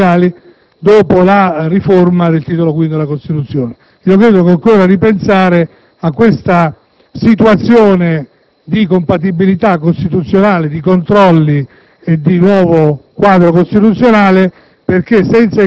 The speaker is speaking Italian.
per gli Enti locali dopo la riforma del Titolo V della Costituzione. Io credo che occorra ripensare a questa situazione di compatibilità costituzionale, di controlli e di nuovo quadro costituzionale